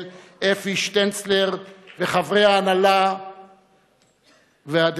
אפי שטנצלר וחברי ההנהלה והדירקטוריון,